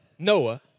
Noah